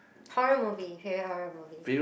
how are movie here are movie